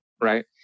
right